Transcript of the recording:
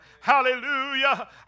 Hallelujah